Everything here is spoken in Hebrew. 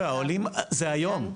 העולים זה היום.